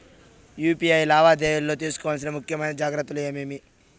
UPI లావాదేవీలలో తీసుకోవాల్సిన ముఖ్యమైన జాగ్రత్తలు ఏమేమీ?